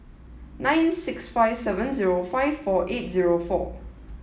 nine six five seven zero five four eight zero four